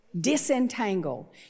Disentangle